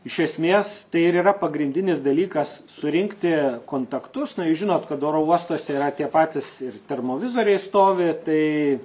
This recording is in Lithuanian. iš esmės tai ir yra pagrindinis dalykas surinkti kontaktus na jūs žinot kad oro uostuose yra tie patys ir termovizoriai stovi tai